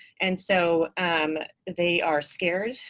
and so they are scared.